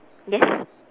yes